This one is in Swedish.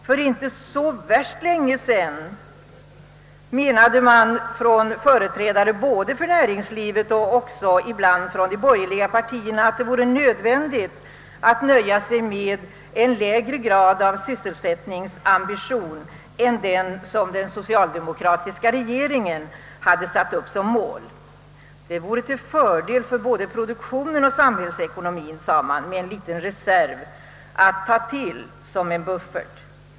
För inte så länge sedan hävdade företrädare för näringslivet och ibland även företrädare för de borgerliga partierna, att det vore nödvändigt att nöja sig med en lägre grad av sysselsättningsambition än den som den socialdemokratiska regeringen hade satt upp som mål. Det vore till fördel för både produktionen och samhällsekonomien, sade man, med en reserv, med en buffert.